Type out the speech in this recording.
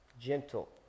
gentle